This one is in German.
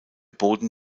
boden